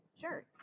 sure